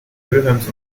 wilhelms